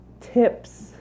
tips